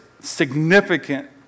significant